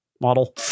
model